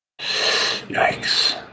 Yikes